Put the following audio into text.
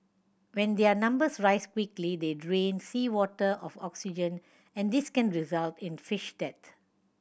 when their numbers rise quickly they drain seawater of oxygen and this can result in fish death